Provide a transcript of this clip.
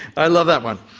i love that one.